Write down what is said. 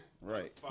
Right